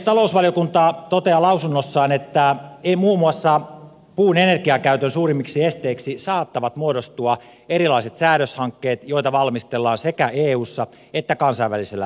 talousvaliokunta toteaa lausunnossaan että muun muassa puun energiakäytön suurimmiksi esteiksi saattavat muodostua erilaiset säädöshankkeet joita valmistellaan sekä eussa että kansainvälisellä tasolla